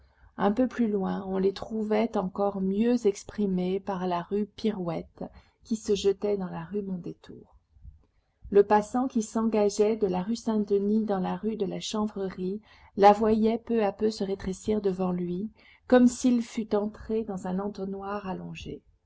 un peu plus loin on les trouvait encore mieux exprimées par la rue pirouette qui se jetait dans la rue mondétour le passant qui s'engageait de la rue saint-denis dans la rue de la chanvrerie la voyait peu à peu se rétrécir devant lui comme s'il fût entré dans un entonnoir allongé